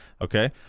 okay